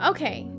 Okay